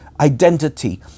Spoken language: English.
identity